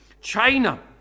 China